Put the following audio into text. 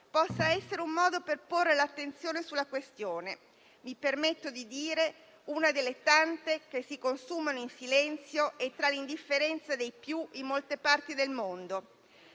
possa essere un modo per porre l'attenzione sulla questione (che, mi permetto di dirlo, è una delle tante che si consumano in silenzio e tra l'indifferenza dei più in molte parti del mondo).